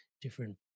different